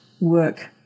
work